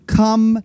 come